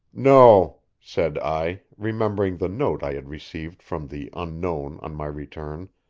no, said i, remembering the note i had received from the unknown on my return,